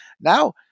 Now